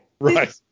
Right